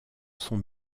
son